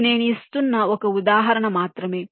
ఇది నేను ఇస్తున్న ఒక ఉదాహరణ మాత్రమే